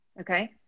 Okay